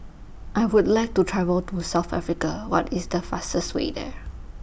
I Would like to travel to South Africa What IS The fastest Way There